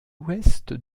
ouest